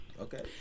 Okay